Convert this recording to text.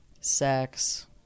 Sex